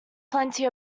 plenty